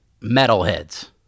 metalheads